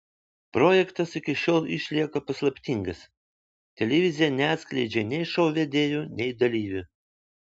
projektas iki šiol išlieka paslaptingas televizija neatskleidžia nei šou vedėjų nei dalyvių